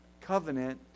covenant